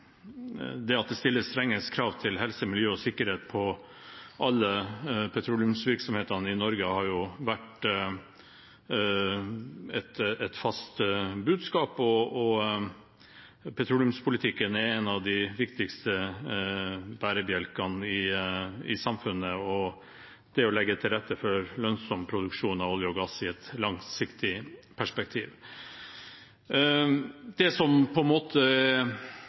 Det at det stilles strenge krav til helse, miljø og sikkerhet for all petroleumsvirksomhet i Norge, har vært et fast budskap. Petroleumspolitikken er en av de viktigste bærebjelkene i samfunnet, og det å legge til rette for lønnsom produksjon av olje og gass i et langsiktig perspektiv. I dette forslaget er det kjente posisjoner. Det nye som har skjedd, og som det er